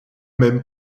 même